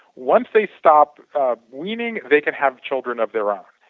once they stop weaning, they can have children of their own.